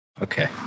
okay